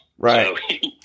Right